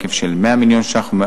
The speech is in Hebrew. בהיקף של 100 מיליון שקלים,